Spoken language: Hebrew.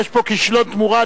יש פה כישלון תמורה,